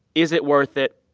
is it worth it?